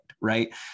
Right